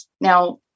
Now